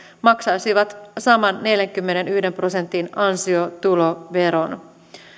maksaisivat saman neljänkymmenenyhden prosentin ansiotuloveron